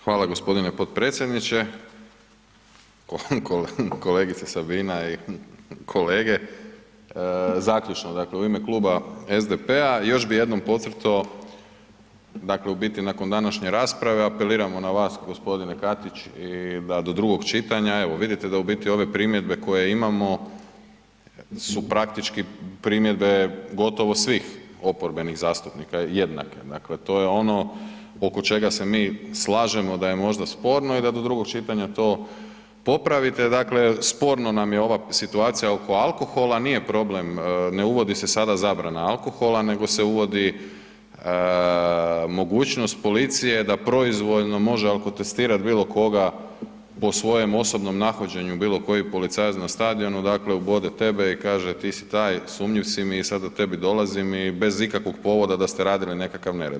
Hvala g. potpredsjedniče, kolegica Sabina i kolege, zaključno u ime Kluba SDP-a još bi jednom potcrto dakle u biti nakon današnje rasprave apeliramo na vas g. Katić da drugog čitanja, evo vidite da u biti ove primjedbe koje imamo su praktički primjedbe gotovo svih oporbenih zastupnika jednake, dakle to je ono oko čega se mi slažemo da je možda sporno i da drugog čitanja to popravite, dakle sporno nam je ova situacija oko alkohola, nije problem, ne uvodi se sada zabrana alkohola, nego se uvodi mogućnost policije da proizvoljno može alkotestirat bilo koga po svojem osobnom nahođenju, bilo koji policajac na stadionu, dakle ubode tebe i kaže ti si taj, sumnjiv si mi i sad da tebi dolazim i bez ikakvog povoda, da ste radili nekakav nered.